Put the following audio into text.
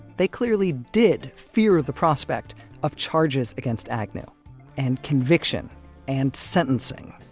they clearly did fear the prospect of charges against agnew and conviction and sentencing